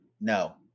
no